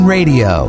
Radio